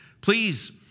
Please